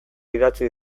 idatzi